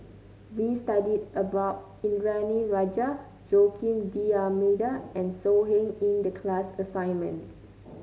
we studied about Indranee Rajah Joaquim D'Almeida and So Heng in the class assignment